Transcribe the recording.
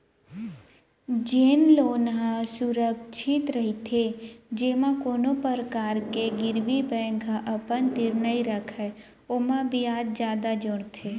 जेन लोन ह असुरक्छित रहिथे जेमा कोनो परकार के गिरवी बेंक ह अपन तीर नइ रखय ओमा बियाज जादा जोड़थे